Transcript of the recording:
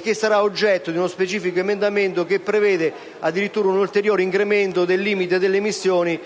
che sarà oggetto di uno specifico emendamento che prevede addirittura un ulteriore incremento del limite delle emissioni